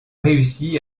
réussi